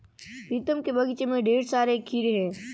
प्रीतम के बगीचे में ढेर सारे खीरे हैं